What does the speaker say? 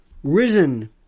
Risen